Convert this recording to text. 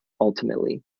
ultimately